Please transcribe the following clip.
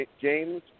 James